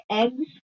eggs